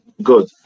good